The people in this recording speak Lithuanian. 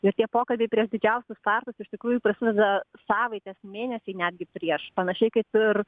ir tie pokalbiai prieš didžiausius startus iš tikrųjų prasideda savaitės mėnesiai netgi prieš panašiai kaip ir